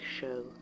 Show